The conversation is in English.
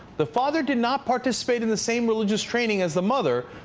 the father did not participate in the same religious training as the mother.